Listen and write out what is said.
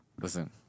listen